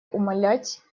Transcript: умалять